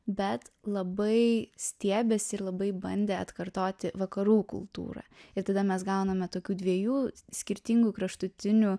bet labai stiebėsi ir labai bandė atkartoti vakarų kultūrą ir tada mes gauname tokių dviejų skirtingų kraštutinių